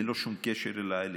ללא שום קשר אליי,